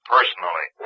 Personally